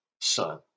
son